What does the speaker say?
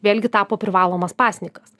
vėlgi tapo privalomas pasnikas